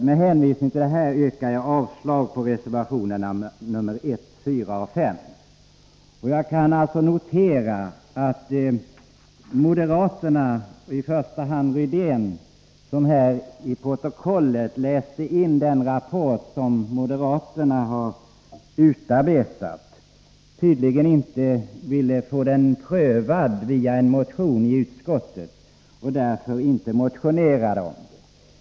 Med hänvisning till detta yrkar jag avslag på reservationerna 1, 4 och 5. Jag kan notera att moderaterna, i första hand Rydén, som till protokollet läste in den rapport som moderaterna utarbetat, tydligen inte via en motion ville få sina tankegångar prövade i utskottet och därför inte framfört dem i motion.